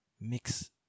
mix